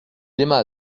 aima